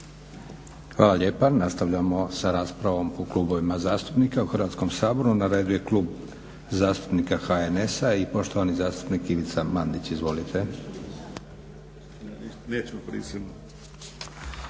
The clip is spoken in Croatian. Hvala lijepa. Nastavljamo sa raspravom po klubovima zastupnika u Hrvatskom saboru. Na redu je Klub zastupnika HNS-a i poštovani zastupnik Ivica Mandić. Izvolite.